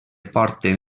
porten